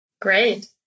Great